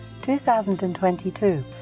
2022